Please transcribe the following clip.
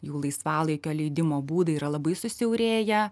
jų laisvalaikio leidimo būdai yra labai susiaurėję